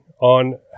on